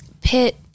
pit